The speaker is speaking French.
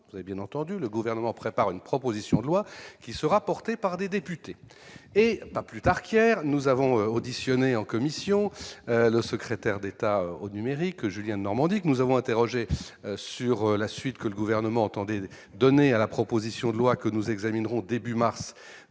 loi et bien entendu le gouvernement prépare une proposition de loi qui sera porté par des députés, et pas plus tard qu'hier, nous avons auditionné en commission, le secrétaire d'État au numérique Julien Normandie que nous avons interrogé sur la suite que le gouvernement entendait donner à la proposition de loi que nous examinerons début mars de